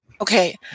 Okay